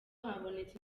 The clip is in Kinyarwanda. habonetse